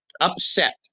upset